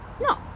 no